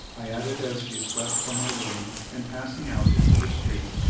i added, as she swept from my room, and, passing out into the street,